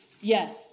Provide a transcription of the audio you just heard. yes